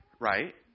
right